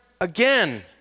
again